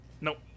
Nope